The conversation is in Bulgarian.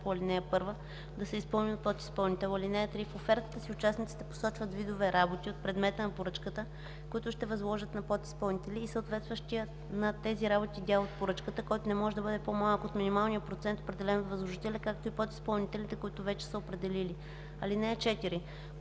по ал. 1 да се изпълни от подизпълнител. (3) В офертата си участниците посочват видове работи от предмета на поръчката, които ще възложат на подизпълнители, и съответстващия на тези работи дял от поръчката, който не може да бъде по-малък от минималния процент, определен от възложителя, както и подизпълнителите, които вече са определили. (4)